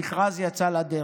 המכרז יצא לדרך.